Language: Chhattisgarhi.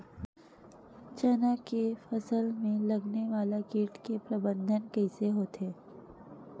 चना के फसल में लगने वाला कीट के प्रबंधन कइसे होथे?